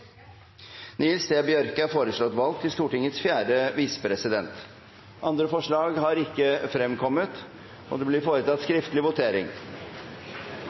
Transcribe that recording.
Nils T. Bjørke . Nils T. Bjørke er foreslått valgt til Stortingets fjerde visepresident. – Andre forslag foreligger ikke. Det foretas skriftlig